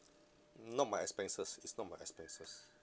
not my expenses it's not my expenses